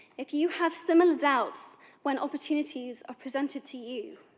if you have similar doubts when opportunities are presented to you,